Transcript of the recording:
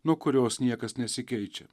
nuo kurios niekas nesikeičia